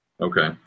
Okay